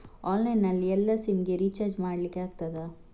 Online ನಲ್ಲಿ ಎಲ್ಲಾ sim ಗೆ ರಿಚಾರ್ಜ್ ಮಾಡಲಿಕ್ಕೆ ಆಗ್ತದಾ?